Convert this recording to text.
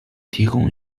提供